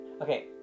okay